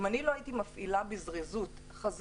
אם אני לא הייתי מפעילה בזריזות חזון,